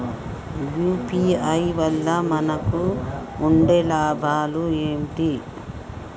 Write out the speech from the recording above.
UPI వల్ల మనకు ఉండే లాభాలు ఏంటి?